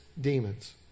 demons